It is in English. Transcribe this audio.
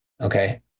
Okay